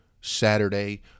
Saturday